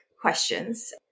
questions